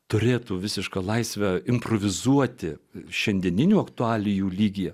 turėtų visišką laisvę improvizuoti šiandieninių aktualijų lygyje